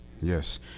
Yes